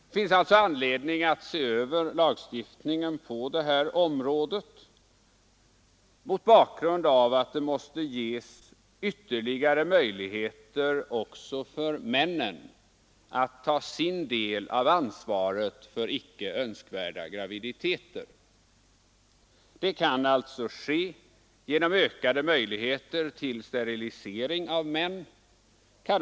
Det finns alltså anledning att se över lagstiftningen på detta område mot bakgrund av att det måste ges ytterligare möjligheter också för männen att ta sin del av ansvaret för icke önskvärda graviditeter. Det kan ske genom ökade möjligheter till sterilisering av män.